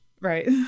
Right